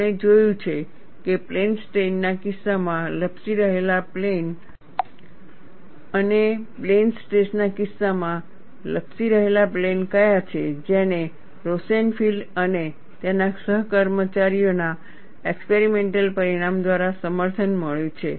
આપણે જોયું છે કે પ્લેન સ્ટ્રેઇન ના કિસ્સામાં લપસી રહેલા પ્લેન અને પ્લેન સ્ટ્રેસ ના કિસ્સામાં લપસી રહેલા પ્લેન કયા છે જેને રોસેનફિલ્ડ અને તેના સહકર્મચારીઓ ના એક્સપેરિમેન્ટલ પરિણામ દ્વારા સમર્થન મળ્યું છે